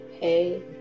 Hey